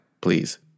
please